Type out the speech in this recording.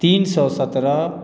तीन सए सत्रह